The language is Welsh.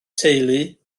teulu